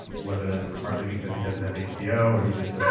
whether that's partly because he doesn't have hbo, or he just yeah